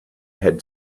had